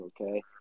okay